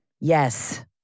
Yes